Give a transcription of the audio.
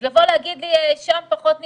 אז לבוא ולהגיד לי ששם פחות נדבקים,